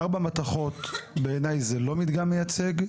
ארבע מתכות בעיני זה לא מדגם מייצג,